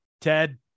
Ted